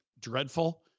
dreadful